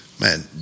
man